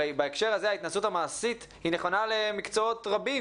הרי בהקשר הזה ההתנסות המעשית נכונה למקצועות רבים,